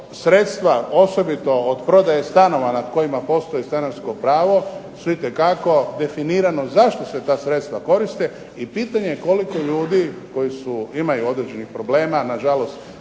sredstva osobito od prodaje stanova nad kojima postoji stanarsko pravo su itekako definirano zašto se ta sredstva koriste i pitanje koliko ljudi koji imaju određenih problema, našli